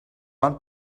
one